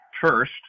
first